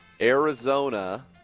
Arizona